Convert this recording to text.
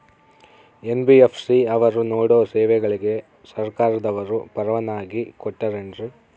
NBFC ಅವರು ನೇಡೋ ಸೇವೆಗಳಿಗೆ ಸರ್ಕಾರದವರು ಪರವಾನಗಿ ಕೊಟ್ಟಾರೇನ್ರಿ?